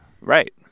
Right